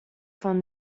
from